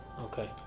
okay